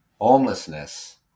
Homelessness